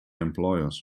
employers